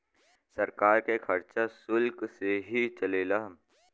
सरकार के खरचा सुल्क से ही चलेला